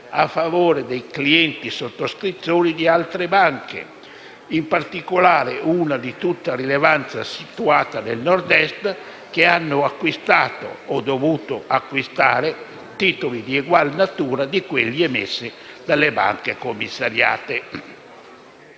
a favore dei clienti-sottoscrittori di altre banche - in particolare una di tutta rilevanza situata nel Nord-Est - che hanno acquistato o dovuto acquistare titoli di eguale natura di quelli emessi dalle banche commissariate.